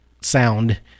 sound